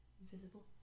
invisible